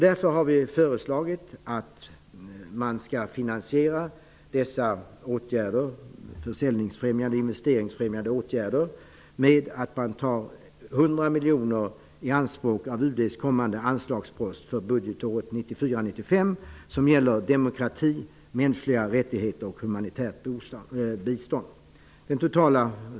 Därför har vi föreslagit att man skall finansiera dessa försäljnings och investeringsfrämjande åtgärder genom att ta 100 miljoner i anspråk av UD:s kommande anslagspost budgetåret 1994/95 för demokrati, mänskliga rättigheter och humanitärt bistånd.